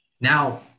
Now